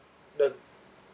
the